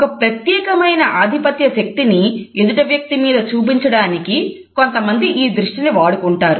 ఒక ప్రత్యేకమైన ఆధిపత్య శక్తిని ఎదుటి వ్యక్తి మీద చూపించడానికి కొంతమంది ఈ దృష్టిని వాడుకుంటారు